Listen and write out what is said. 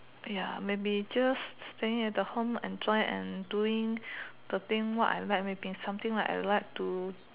ya maybe just staying at the home enjoy and doing the thing what I like maybe something like I like to